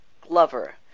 Glover